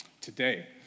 today